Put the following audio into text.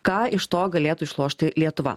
ką iš to galėtų išlošti lietuva